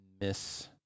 miss